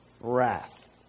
wrath